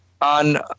on